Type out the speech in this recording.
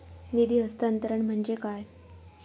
निधी हस्तांतरण म्हणजे काय?